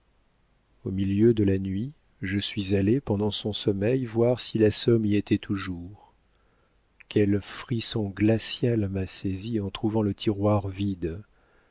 au milieu de la nuit je suis allée pendant son sommeil voir si la somme y était toujours quel frisson glacial m'a saisie en trouvant le tiroir vide